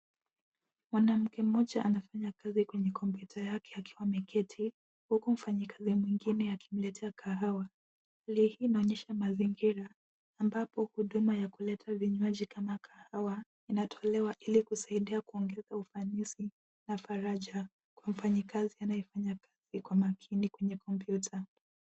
Mwanamke mmoja anafanya kazi kwenye kompyuta yake akiwa ameketi, huku mfanyikazi mwingine akimletea kahawa. Hali hii inaonyesha mazingira ambapo huduma ya kuleta vinywaji kama kahawa inatolewa ili kusaidia kuongeza ufanisi na faraja kwa mfanyikazi anayefanya kazi kwa makini kwenye kompyuta.